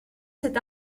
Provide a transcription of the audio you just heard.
cet